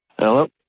Hello